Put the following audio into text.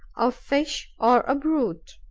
a fish, or a brute.